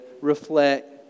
reflect